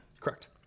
Correct